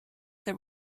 that